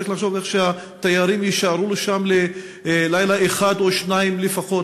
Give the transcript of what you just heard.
צריך לחשוב איך התיירים יישארו שם ללילה אחד או שניים לפחות,